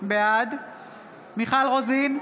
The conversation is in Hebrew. בעד מיכל רוזין,